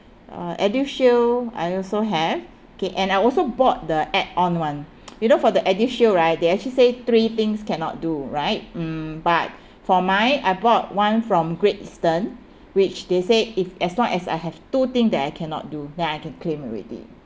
uh eldershield I also have okay and I also bought the add-on one you know for the eldershield right they actually say three things cannot do right mm but for my I bought one from great eastern which they say if as long as I have two thing that I cannot do then I can claim already